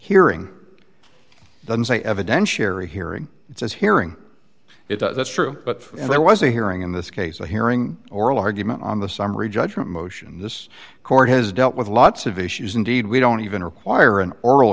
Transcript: hearing the say evidentiary hearing it's hearing if that's true but there was a hearing in this case a hearing oral argument on the summary judgment motion this court has dealt with lots of issues indeed we don't even require an oral